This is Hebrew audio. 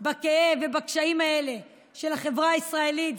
זו ועוד איך פוליטיקה.